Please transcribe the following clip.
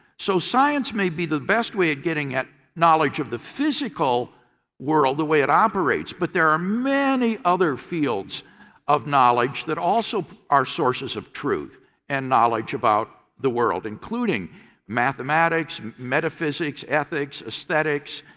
so science may be the best way of getting at knowledge of the physical world the way it operates but there are many other fields of knowledge that also are sources of truth and knowledge about the world including mathematics, metaphysics, ethics, aesthetics,